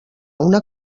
una